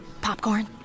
Popcorn